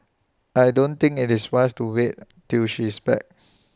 I don't think IT is wise to wait till she is back